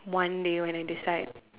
one day when I decide